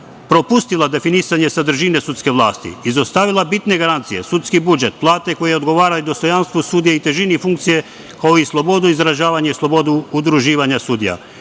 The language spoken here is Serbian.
propustila definisanje sadržine sudske vlasti, izostavila bitne garancije, sudski budžet, plate koje odgovaraju dostojanstvu sudija i težini funkcije, kao i slobodu izražavanja i slobodu udruživanja sudija,